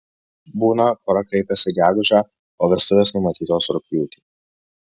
būna pora kreipiasi gegužę o vestuvės numatytos rugpjūtį